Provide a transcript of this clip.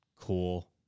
Cool